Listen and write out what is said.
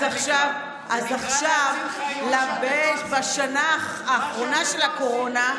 אז עכשיו, בשנה האחרונה של הקורונה,